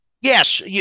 Yes